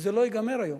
זה לא ייגמר היום.